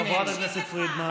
חברת הכנסת פרידמן.